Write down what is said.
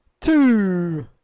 Two